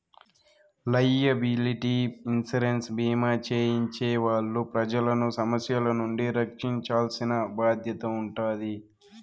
liability insurance భీమా చేయించే వాళ్ళు ప్రజలను సమస్యల నుండి రక్షించాల్సిన బాధ్యత ఉంటాది